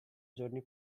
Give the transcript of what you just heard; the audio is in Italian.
giorni